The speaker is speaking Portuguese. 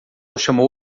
chamou